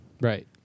Right